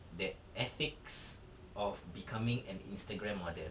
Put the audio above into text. that ethics of becoming an Instagram model